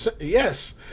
Yes